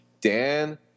Dan